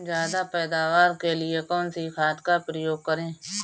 ज्यादा पैदावार के लिए कौन सी खाद का प्रयोग करें?